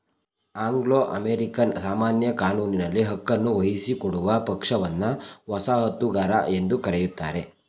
Anglo American ಸಾಮಾನ್ಯ ಕಾನೂನಿನಲ್ಲಿ ಹಕ್ಕನ್ನು ವಹಿಸಿಕೊಡುವ ಪಕ್ಷವನ್ನ ವಸಾಹತುಗಾರ ಎಂದು ಕರೆಯುತ್ತಾರೆ